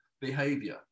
behavior